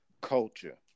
culture